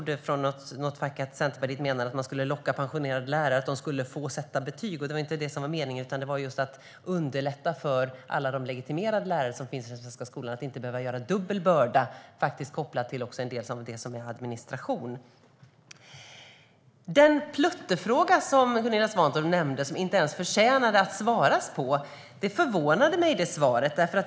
Någon från något fack trodde att Centerpartiet menade att man skulle locka pensionerade lärare med att de skulle få sätta betyg, men det var inte det som var meningen. Det handlar om att underlätta för alla de legitimerade lärare som finns i den svenska skolan att inte behöva ta på sig en dubbel börda, även kopplat till administrationen. Det förvånar mig att Gunilla Svantorp betraktar detta med reservationen som en "pluttfråga" som inte ens förtjänar att besvaras.